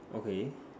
okay